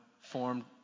formed